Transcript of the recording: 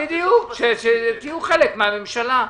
בדיוק, שתהיו חלק מן הממשלה.